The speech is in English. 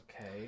Okay